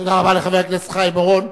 תודה רבה לחבר הכנסת חיים אורון.